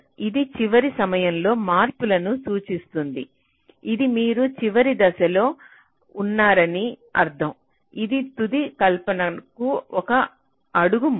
ఇది చివరి నిమిషంలో మార్పులను సూచిస్తుంది ఇది మీరు చివరి దశలో ఉన్నారని అర్థం ఇది తుది కల్పనకు ఒక అడుగు ముందు